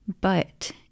But